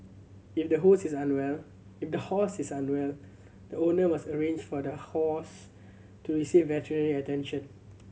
if the hose is unwell if the horse is unwell the owner must arrange for the horse to receive veterinary attention